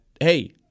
hey